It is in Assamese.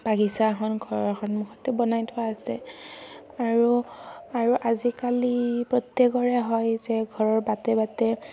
বাগিচা এখন ঘৰৰ সন্মুখতে বনাই থোৱা আছে আৰু আৰু আজিকালি প্ৰত্যেকৰে হয় যে ঘৰৰ বাটে বাটে